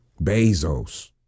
Bezos